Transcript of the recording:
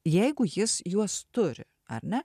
jeigu jis juos turi ar ne